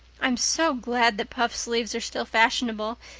i'm so glad that puffed sleeves are still fashionable.